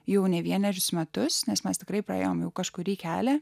jau ne vienerius metus nes mes tikrai praėjome kažkurį kelią